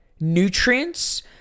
Nutrients